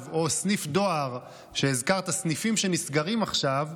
או סניף דואר שהזכרת סניפים שנסגרים עכשיו,